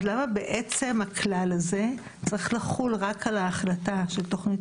אז למה בעצם הכלל הזה צריך לחול רק על ההחלטה של תוכנית